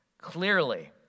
Clearly